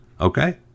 Okay